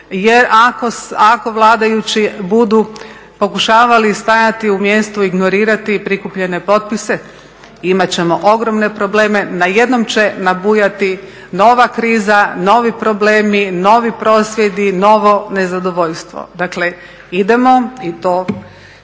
jer ako vladajući budu pokušavali u mjestu ignorirati prikupljene potpise, imat ćemo ogromne probleme, najednom će nabujati nova kriza, novi problemi, novi prosvjedi, novo nezadovoljstvo. Dakle idemo i to sada